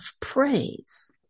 praise